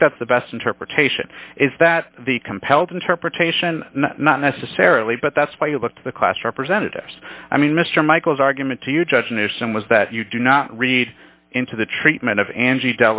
think that's the best interpretation is that the compelled interpretation not necessarily but that's why you look to the class representatives i mean mr michael's argument to you judge and his son was that you do not read into the treatment of angie